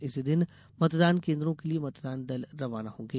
इसी दिन मतदान केन्द्रों के लिये मतदान दल रवाना होंगे